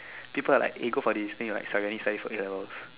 people are like eh go for this then you like sorry I need to study for a-levels